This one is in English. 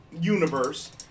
universe